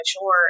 mature